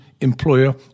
employer